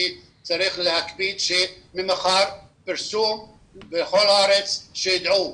צריך להקפיד שממחר יהיה פרסום בכל הארץ כדי שידעו.